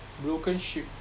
broken ship